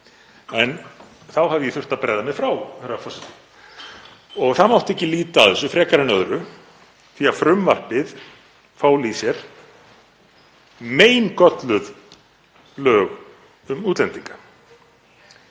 en þá hafði ég þurft að bregða mér frá, herra forseti, og það mátti ekki líta af þessu frekar en öðru því að frumvarpið fól í sér meingölluð lög um útlendinga.